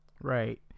right